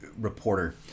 reporter